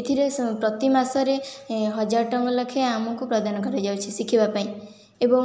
ଏଥିରେ ପ୍ରତିମାସରେ ହଜାର ଟଙ୍କା ଲେଖାଏଁ ଆମକୁ ପ୍ରଦାନ କରାଯାଉଛି ଶିଖିବା ପାଇଁ ଏବଂ